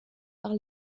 par